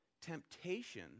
Temptation